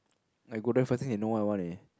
I go there first thing they know what I want eh